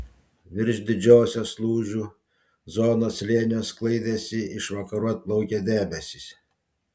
virš didžiosios lūžių zonos slėnio sklaidėsi iš vakarų atplaukę debesys